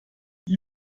die